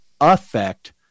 affect